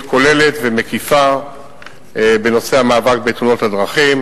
כוללת ומקיפה בנושא המאבק בתאונות הדרכים.